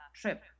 trip